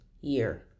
year